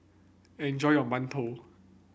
enjoy your mantou